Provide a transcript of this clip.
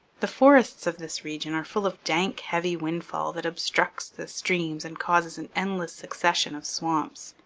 the forests of this region are full of dank heavy windfall that obstructs the streams and causes an endless succession of swamps.